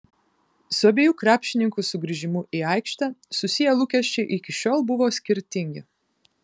su abiejų krepšininkų sugrįžimu į aikštę susiję lūkesčiai iki šiol buvo skirtingi